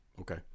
Okay